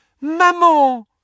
Maman